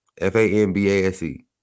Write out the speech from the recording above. F-A-N-B-A-S-E